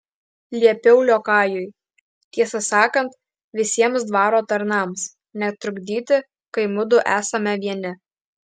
liepiau liokajui tiesą sakant visiems dvaro tarnams netrukdyti kai mudu esame vieni